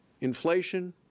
inflation